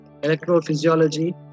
electrophysiology